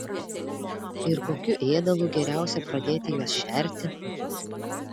ir kokiu ėdalu geriausia pradėti juos šerti